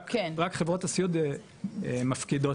רק חברות הסיעוד מפקידות